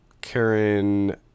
Karen